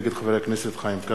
נגד חבר הכנסת חיים כץ.